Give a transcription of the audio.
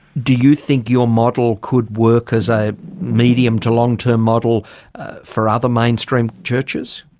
do you think your model could work as a medium to long-term model for other mainstream churches?